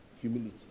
Humility